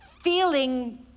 feeling